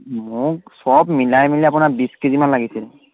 মোক চব মিলাই মেলি আপোনাৰ বিছ কেজিমান লাগিছিল